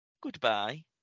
goodbye